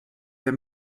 der